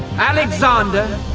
alexander,